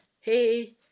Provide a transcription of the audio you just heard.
hey